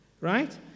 right